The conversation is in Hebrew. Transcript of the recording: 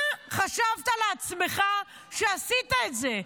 מה חשבת לעצמך כשעשית את זה,